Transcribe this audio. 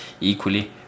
equally